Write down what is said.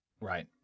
Right